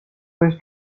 was